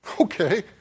Okay